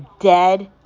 Dead